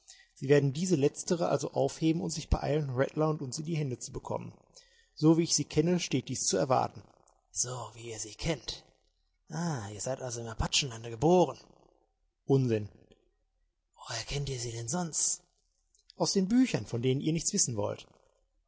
sie werden diese letztere also aufheben und sich beeilen rattler und uns in die hände zu bekommen so wie ich sie kenne steht dies zu erwarten so wie ihr sie kennt ah ihr seid also im apachenlande geboren unsinn woher kennt ihr sie denn sonst aus den büchern von denen ihr nichts wissen wollt